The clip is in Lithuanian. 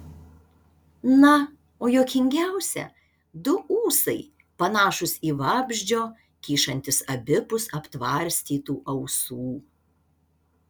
na o juokingiausia du ūsai panašūs į vabzdžio kyšantys abipus aptvarstytų ausų